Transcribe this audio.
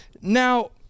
now